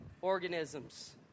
organisms